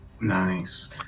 Nice